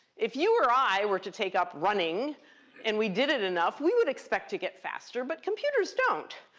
if you or i were to take up running and we did it enough, we would expect to get faster. but computers don't.